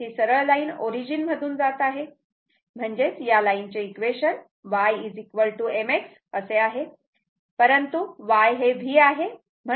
ही सरळ line origin मधून जात आहे म्हणजेच या लाईनचे इक्वेशन हे y mx असे आहे परंतु y हे v आहे